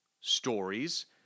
stories